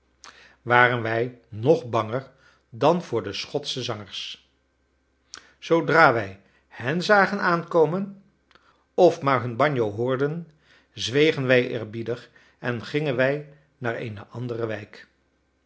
waren wij nog banger dan voor de schotsche zangers zoodra wij hen zagen aankomen of maar hun banjo hoorden zwegen wij eerbiedig en gingen wij naar eene andere wijk